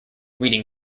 reading